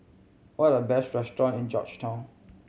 what are the best restaurant in Georgetown